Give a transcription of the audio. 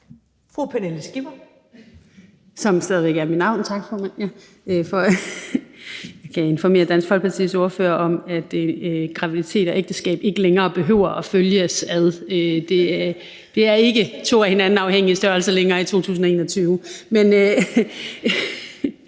Pernille Skipper (EL): ... som stadig væk er mit navn. Tak, formand. Jeg kan informere Dansk Folkepartis ordfører om, at graviditet og ægteskab ikke længere behøver at følges ad. Det er ikke to af hinanden afhængige størrelser i 2021.